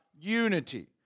unity